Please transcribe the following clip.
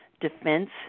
defense